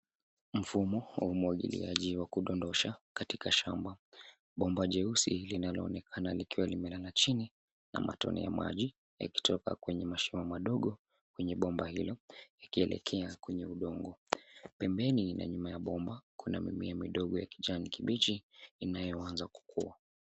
Mfumo wa umwagiliaji wa kudondosha katika shamba. Bomba jeusi linaloonekana likiwa limelala chini na matone ya maji yakitoka kwenye mashimo madogo kwenye bomba hilo ikielekea kwenye udongo. Pembeni na nyuma ya nyuma ya bomba kuna mimea midogo ya kijani kibichi inayoanza kukua.